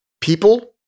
people